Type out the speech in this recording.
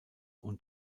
und